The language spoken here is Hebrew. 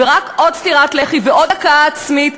ורק עוד סטירת לחי ועוד הכאה עצמית.